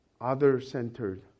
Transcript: other-centered